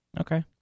Okay